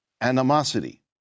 animosity